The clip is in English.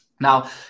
Now